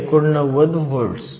89 volts